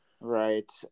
Right